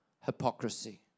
hypocrisy